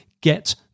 get